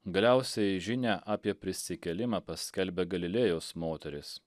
galiausiai žinią apie prisikėlimą paskelbė galilėjos moterys